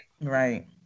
Right